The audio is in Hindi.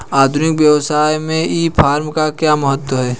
आधुनिक व्यवसाय में ई कॉमर्स का क्या महत्व है?